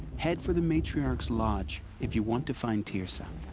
head for the matriarch's lodge. if you want to find teersa.